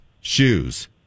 shoes